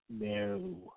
No